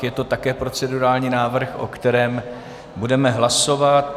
Je to také procedurální návrh, o kterém budeme hlasovat.